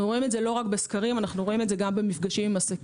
אנו רואים את זה גם במפגשים עם עסקים,